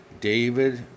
David